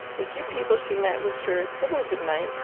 the few people she met wished her a civil good-night,